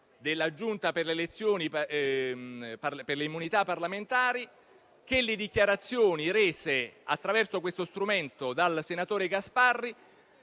delle elezioni e delle immunità parlamentari che le dichiarazioni rese attraverso questo strumento dal senatore Gasparri